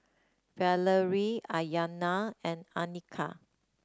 Valarie Iyana and Annika